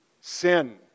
sin